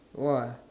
!wah!